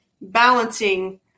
balancing